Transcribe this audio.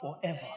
Forever